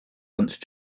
lunch